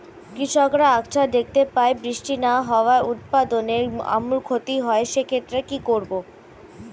কৃষকরা আকছার দেখতে পায় বৃষ্টি না হওয়ায় উৎপাদনের আমূল ক্ষতি হয়, সে ক্ষেত্রে কি করব?